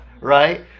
right